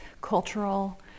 cultural